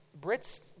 Brits